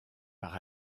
par